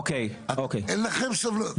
אין לכם סבלנות.